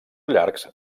llargs